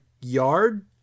yard